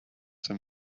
them